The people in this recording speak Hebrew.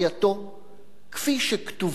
כפי שכתובים הדברים בתנ"ך.